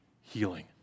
healing